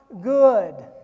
good